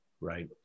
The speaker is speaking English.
Right